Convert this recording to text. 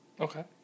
Okay